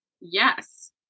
Yes